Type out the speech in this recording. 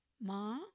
ma